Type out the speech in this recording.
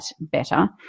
better